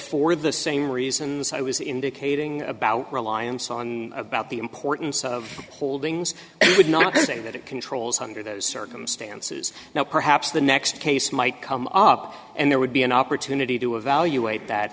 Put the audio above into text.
for the same reasons i was indicating about reliance on about the importance of holdings it would not say that it controls under those circumstances now perhaps the next case might come up and there would be an opportunity to evaluate that